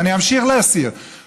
ואני אמשיך להסיר,